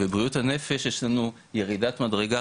בבריאות הנפש יש לנו ירידת מדרגה,